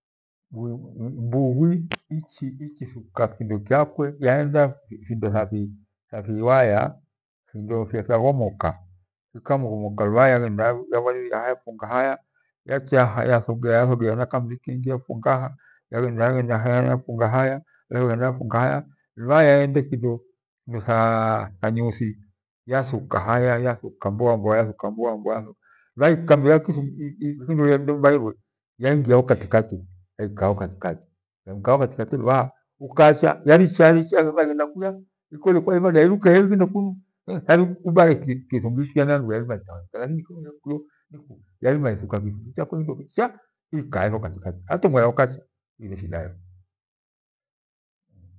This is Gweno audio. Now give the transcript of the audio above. Mbughwi ichiithuka kindo kyakwe ichiantha kindo tha fiwaya fyahimoka fikamihomoka apfunga haya yacha yathogea thogea hena kamiri kwengi yapfungaha yaghenda haya yapfunga haya hura ha yaende kindo Nyathi yathuha haya yathuka haya mboambia yathuka haya ihami thuka ikikindo lia lindemva irwe yaingina ho Katikati haikaiho Katikati luvaha ukache yani luvaha yaricha yahenda kwia kole nlewaivaria thari vibare kithungi kia mira kole there kwiyo yathuka kithungi kiu ikueho Katikati hata mwira ukacha ighire shidago.